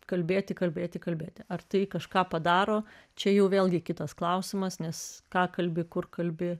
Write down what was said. kalbėti kalbėti kalbėti ar tai kažką padaro čia jau vėlgi kitas klausimas nes ką kalbi kur kalbi